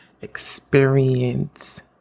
experience